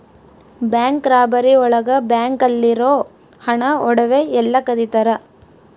bank robbery ಒಳಗ bank ಅಲ್ಲಿರೋ ಹಣ ಒಡವೆ ಎಲ್ಲ ಕದಿತರ